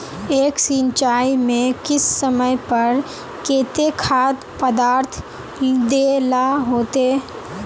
एक सिंचाई में किस समय पर केते खाद पदार्थ दे ला होते?